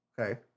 Okay